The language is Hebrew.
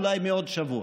אולי מעוד שבוע.